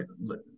look